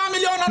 5 מיליון אנשים,